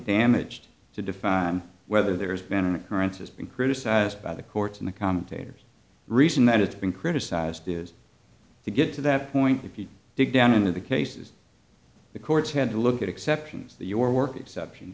damaged to define whether there's been an occurrence has been criticised by the courts and the commentators reason that it's been criticised is to get to that point if you dig down into the cases the court's had to look at exceptions that your work exception